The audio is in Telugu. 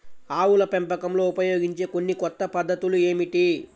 ఆవుల పెంపకంలో ఉపయోగించే కొన్ని కొత్త పద్ధతులు ఏమిటీ?